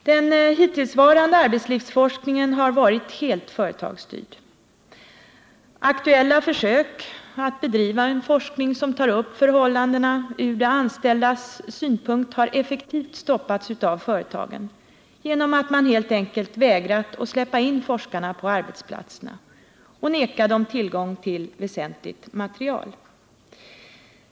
Den hittillsvarande arbetslivsforskningen har varit helt företagsstyrd. Aktuella försök att bedriva en forskning som tar upp förhållandena ur de anställdas synpunkt har effektivt stoppats av företagen genom att de helt enkelt vägrat släppa in forskarna på arbetsplatserna och nekat dem tillgång till väsentligt material.